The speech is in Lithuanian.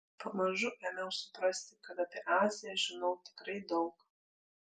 pamažu ėmiau suprasti kad apie aziją žinau tikrai daug